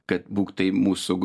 kad būk tai mūsų